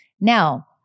Now